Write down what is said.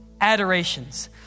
adorations